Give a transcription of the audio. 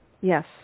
Yes